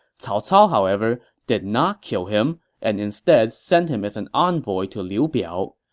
cao cao, however, did not kill him and instead sent him as an envoy to liu biao.